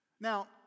Now